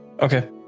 okay